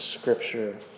Scripture